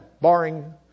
barring